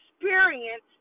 experience